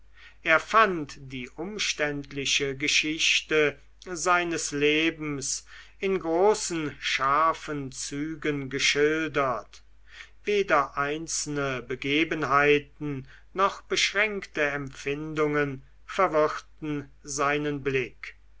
er fand die umständliche geschichte seines lebens in großen scharfen zügen geschildert weder einzelne begebenheiten noch beschränkte empfindungen verwirrten seinen blick